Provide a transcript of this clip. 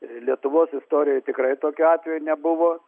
lietuvos istorijoj tikrai tokių atvejų nebuvo